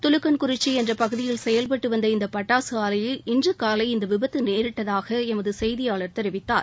தலுக்கன்குறிச்சி என்ற பகுதியில் செயல்பட்டு வந்த இந்த பட்டாசு ஆலையில் இன்று காலை இந்த விபத்து நேரிட்டதாக எமது செய்தியாளர் தெரிவித்தார்